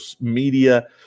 media